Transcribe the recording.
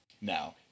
now